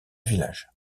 village